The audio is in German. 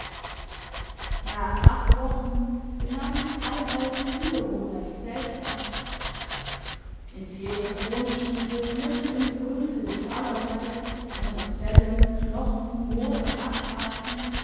nach acht wochen benahm sich einäugel wiederum recht seltsam in peters wohnstube mitten im gerümpel des allerlei unter fellen knochen moos und asthaken